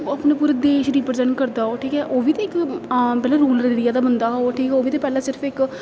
ओह् अपने पूरे देश रिप्रजैंट करदा ओह् ठीक ऐ ओह् बी ते इक आम पैह्ले रूरल एरिया दा बंदा हा ओह् ठीक ओह् बी ते पैह्लें सिर्फ इक